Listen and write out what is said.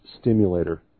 stimulator